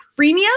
freemium